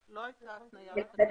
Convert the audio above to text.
לא הייתה הפניה כזאת.